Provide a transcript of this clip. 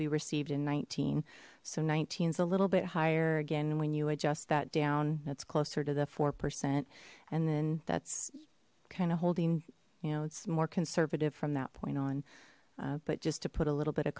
we received in nineteen so 's a little bit higher again when you adjust that down that's closer to the four percent and then that's kind of holding you know it's more conservative from that point on but just to put a little bit of